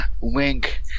Wink